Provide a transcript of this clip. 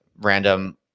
random